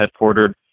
headquartered